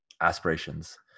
aspirations